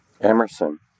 Emerson